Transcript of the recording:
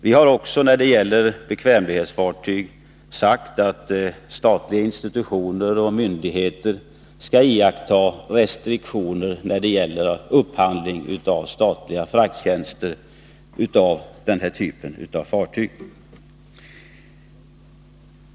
När det gäller fartyg med bekvämlighetsflagg har vi även sagt att statliga institutioner och myndigheter skall iaktta restriktioner då det gäller upphandling av statliga frakttjänster av den här typen av fartyg.